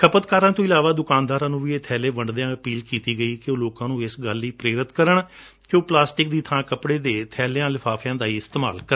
ਖਪਤਕਾਰਾਂ ਤੋਂ ਇਲਾਵਾ ਦੁਕਾਨਦਾਰਾਂ ਨੂੰ ਵੀ ਇਹ ਥੈਲੇ ਵੰਡਦਿਆਂ ਅਪੀਲ ਕੀਤੀ ਗਈ ਕਿ ਉਹ ਲੋਕਾਂ ਨੂੰ ਇਸ ਗੱਲ ਲਈ ਪ੍ਰੇਰਿਤ ਕਰਨ ਕਿ ਉਹ ਪਲਾਸਟਿਕ ਦੀ ਥਾ ਕਪੜੇ ਦੇ ਬੈਲੇ ਲਿਫਾਫਿਆਂ ਦਾ ਹੀ ਇਸਤੇਮਾਲ ਕਰਨ